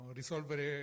risolvere